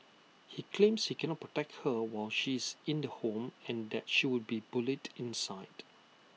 he claims he cannot protect her while she is in the home and that she would be bullied inside